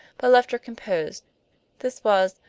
but left her composed this was,